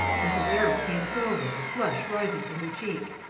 mrs. errol came forward, a flush rising to her cheek.